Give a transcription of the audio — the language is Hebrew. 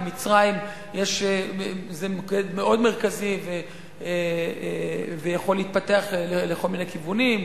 מצרים זה מוקד מאוד מרכזי שיכול להתפתח לכל מיני כיוונים,